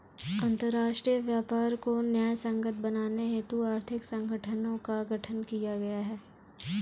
अंतरराष्ट्रीय व्यापार को न्यायसंगत बनाने हेतु आर्थिक संगठनों का गठन किया गया है